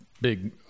big –